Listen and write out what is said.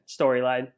storyline